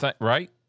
Right